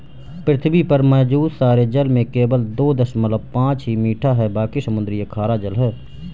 पृथ्वी पर मौजूद सारे जल में केवल दो दशमलव पांच ही मीठा है बाकी समुद्री खारा जल है